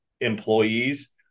employees